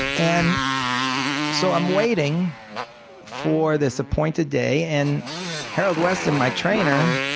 and so i'm waiting for this appointed day and harold weston, my trainer,